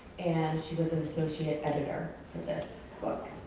and she was an associate editor for this book